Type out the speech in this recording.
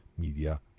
Media